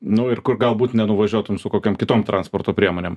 nu ir kur galbūt nenuvažiuotum su kokiom kitom transporto priemonėm